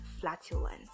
flatulence